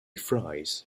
fries